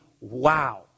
wow